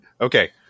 Okay